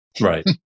right